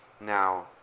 Now